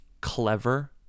clever